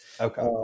Okay